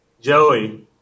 Joey